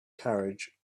carriage